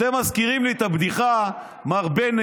אתם מזכירים לי את הבדיחה, מר בנט,